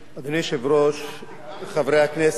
אדוני היושב-ראש, חברי הכנסת,